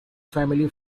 family